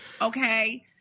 Okay